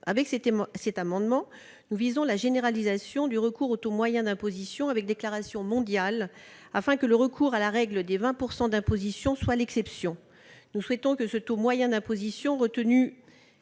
Avec cet amendement, nous proposons de généraliser le recours au taux moyen d'imposition avec déclaration mondiale, afin que le recours à la règle des 20 % d'imposition devienne l'exception. Nous souhaitons que ce taux moyen d'imposition, retenu